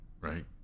Right